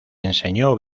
enseñó